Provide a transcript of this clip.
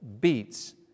beats